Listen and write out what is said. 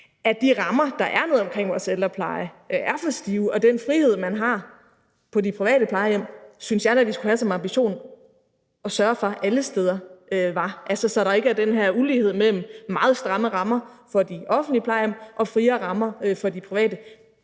at de rammer, der er omkring vores ældrepleje, er for stive, og den frihed, man har på de private plejehjem, synes jeg da vi skulle have som ambition at sørge for er alle steder, altså så der ikke er den her ulighed mellem meget stramme rammer for de offentlige plejehjem og friere rammer for de private